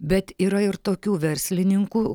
bet yra ir tokių verslininkų